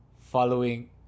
following